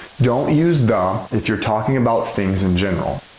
don't use the if you're talking about things in general.